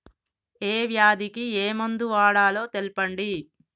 ఏ వ్యాధి కి ఏ మందు వాడాలో తెల్పండి?